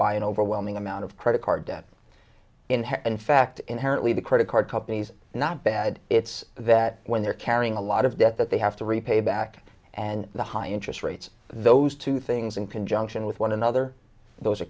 by an overwhelming amount of credit card debt in in fact inherently the credit card companies not bad it's that when they're carrying a lot of debt that they have to repay back and the high interest rates those two things in conjunction with one another those are